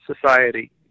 society